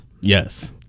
Yes